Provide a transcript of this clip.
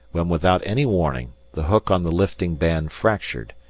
when without any warning the hook on the lifting band fractured,